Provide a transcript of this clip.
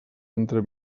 entre